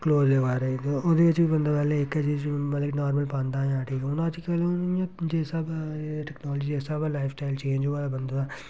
cloth दे बारे च ओह्दे बिच्च बी बंदा पैह्ले इक्कै चीज मतलब कि नार्मल पांदा जां ठीक हून अज्जकल इयां जिस स्हाबा दा एह् टैक्नालिजी इस स्हाबा दा लाइफ स्टाइल चेंज होआ दा बंदे दा